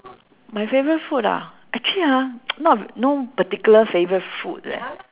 my favourite food ah actually ah not no particular favourite food leh